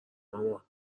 مامان